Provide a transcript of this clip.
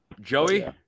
Joey